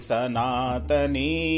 Sanatani